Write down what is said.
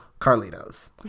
Carlitos